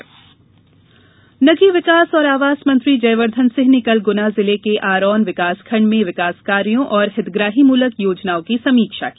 विकास कार्य समीक्षा नगरीय विकास और आवास मंत्री जयवर्द्वन सिंह ने कल गुना जिले के आरोन विकासखण्ड में विकास कार्यों और हितग्राहीमूलक योजनाओं की समीक्षा की